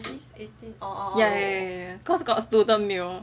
yeah yeah yeah cause got student meal